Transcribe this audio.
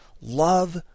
Love